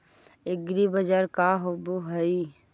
एग्रीबाजार का होव हइ?